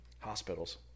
Hospitals